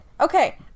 Okay